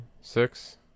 six